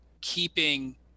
keeping